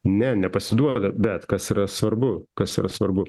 ne nepasiduoda bet kas yra svarbu kas yra svarbu